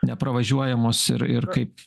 nepravažiuojamos ir ir kaip